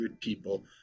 people